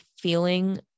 feeling